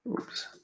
Oops